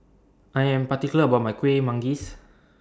I Am particular about My Kueh Manggis